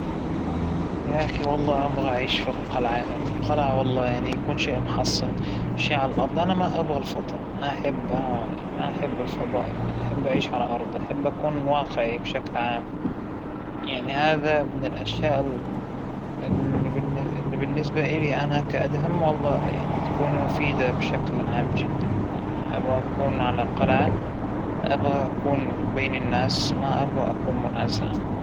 أعتقد راح أختار القلعة، لأنه أنا بحب مبدأ الثبات على الأرض، ترى سفينة الفضاء هذى معلقة لا أرض ولا سما معلقة فى الفراغ فى الفضاء، من اسمها أصلا شى مرعب، لكن قلعة ثابتة على الأرض، هاى أختيارى وأظن هاى الأختيار الأنسب لأى حدا صاحب عقل.